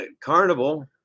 Carnival